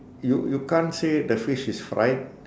you you can't say the fish is fried